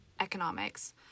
economics